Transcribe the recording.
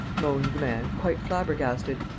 moaned the man, quite flabbergasted.